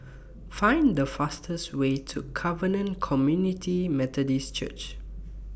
Find The fastest Way to Covenant Community Methodist Church